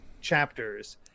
chapters